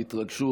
בהתרגשות,